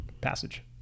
passage